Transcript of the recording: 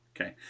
Okay